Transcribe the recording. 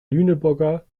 lüneburger